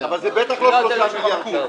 --- אבל זה בטח לא 3 מיליארד שקל.